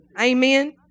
Amen